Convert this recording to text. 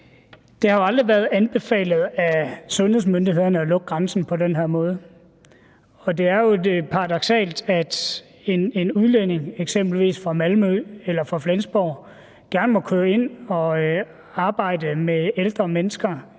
Det har aldrig været anbefalet af sundhedsmyndighederne at lukke grænsen på den her måde, og det er jo paradoksalt, at en udlænding, eksempelvis fra Malmø eller fra Flensborg, gerne må køre ind og arbejde med ældre mennesker